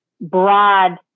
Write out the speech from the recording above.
broad